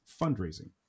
fundraising